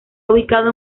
ubicado